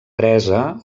presa